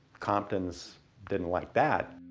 compton's didn't like that.